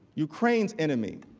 ukraine's enemy.